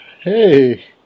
Hey